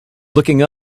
looking